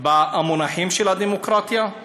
במונחים של הדמוקרטיה?